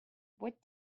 what